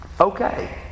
Okay